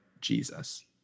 Jesus